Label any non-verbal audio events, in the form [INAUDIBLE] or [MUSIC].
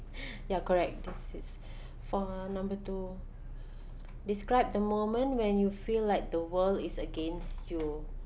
[BREATH] ya correct that's it for number two describe the moment when you feel like the world is against you